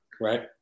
right